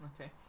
Okay